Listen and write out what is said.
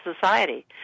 society